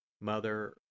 Mother